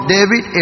David